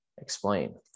explain